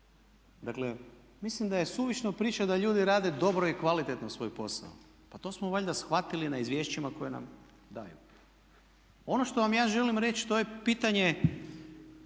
dakle mislim da je suvišno pričati da ljudi rade dobro i kvalitetno svoj posao. Pa to smo valjda shvatili na izvješćima koje nam daju. Ono što vam ja želim reći to je pitanje